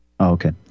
okay